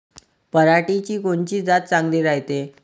पऱ्हाटीची कोनची जात चांगली रायते?